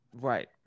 Right